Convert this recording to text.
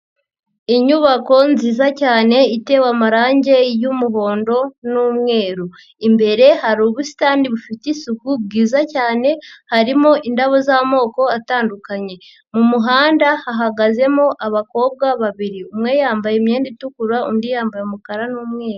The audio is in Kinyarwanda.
Inyubako nziza cyane itewe amarange y'umuhondo n'umweru. Imbere hari ubusitani bufite isuku bwiza cyane, harimo indabo z'amoko atandukanye. Mu muhanda hahagazemo abakobwa babiri. Umwe yambaye imyenda itukura, undi yambaye umukara n'umweru.